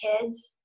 kids